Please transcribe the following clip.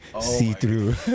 see-through